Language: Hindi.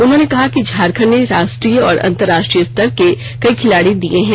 उन्होंने कहा कि झारखंड ने राष्ट्रीय और अंतर्राष्ट्रीय स्तर के कई खिलाड़ी दिये हैं